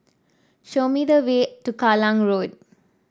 show me the way to Kallang Road